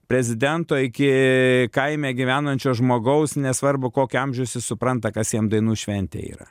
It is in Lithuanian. prezidento iki kaime gyvenančio žmogaus nesvarbu kokio amžiaus jis supranta kas jam dainų šventė yra